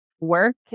work